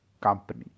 company